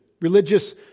religious